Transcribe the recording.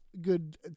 Good